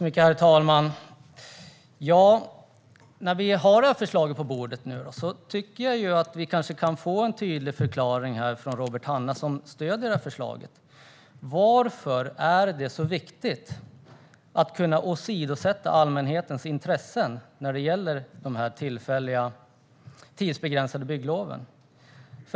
Herr talman! När vi nu har detta förslag på bordet kanske vi kan få en tydlig förklaring från Robert Hannah, som stöder detta förslag, till att det är så viktigt att kunna åsidosätta allmänhetens intressen när det gäller dessa tillfälliga och tidsbegränsade bygglov.